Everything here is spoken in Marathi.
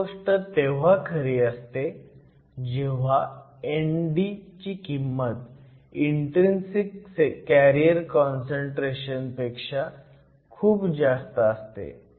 ही गोष्ट तेव्हा खरी असते जेव्हा ND ही किंमत इन्ट्रीन्सिक कॅरियर काँसंट्रेशन पेक्षा खूप जास्त असते